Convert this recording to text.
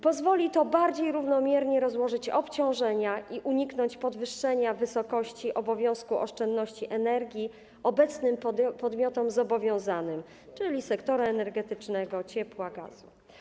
Pozwoli to bardziej równomiernie rozłożyć obciążenia i uniknąć podwyższenia wysokości obowiązku oszczędności energii obecnym podmiotom zobowiązanym, czyli sektora energetycznego, ciepła, gazu.